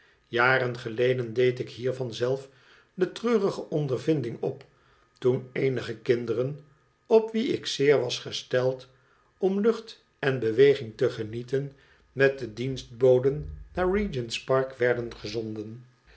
jaren geleden deed ik hiervan zelf de treurige ondervinding op toen eenige kinderen op wien ik zeer was gesteld om lucht en beweging te genieten met de dienstboden naar kcgent's park werden gezonden